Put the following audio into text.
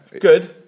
good